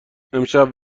امشب